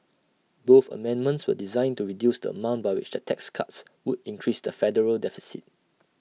both amendments are designed to reduce the amount by which the tax cuts would increase the federal deficit